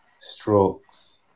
strokes